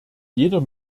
jeder